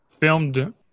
filmed